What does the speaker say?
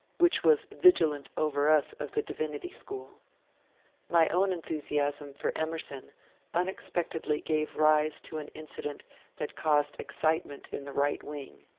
which was vigilant over us of the divinity school my own enthusiasm for emerson unexpectedly gave rise to an incident that caused excitement in the right wing.